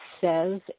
says